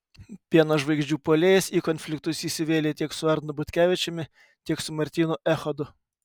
pieno žvaigždžių puolėjas į konfliktus įsivėlė tiek su arnu butkevičiumi tiek su martynu echodu